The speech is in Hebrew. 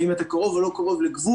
אם אתה קרוב או לא קרוב לגבול,